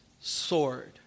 sword